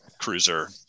cruiser